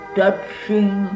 touching